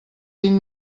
vint